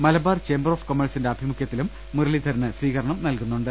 Malabar chamber of കൊമേഴ്സിന്റെ ആഭിമുഖ്യത്തിലും മുരളീധരന് സ്വീകരണം നൽകുന്നുണ്ട്